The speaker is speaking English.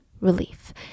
relief